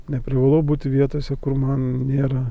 neprivalau būti vietose kur man nėra